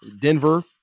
Denver